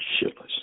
shitless